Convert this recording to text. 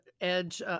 edge